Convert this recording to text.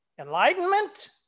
enlightenment